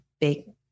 big